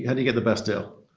how do you get the best deal?